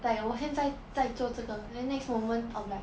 like 我现在在做这个 then next moment I will be like